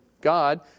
God